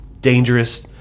dangerous